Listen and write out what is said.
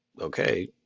okay